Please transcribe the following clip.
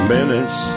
Minutes